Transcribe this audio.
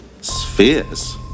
Spheres